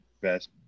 best